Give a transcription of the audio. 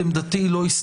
העניין.